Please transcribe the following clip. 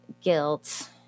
guilt